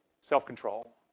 self-control